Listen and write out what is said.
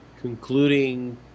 concluding